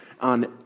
on